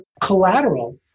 collateral